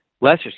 lesser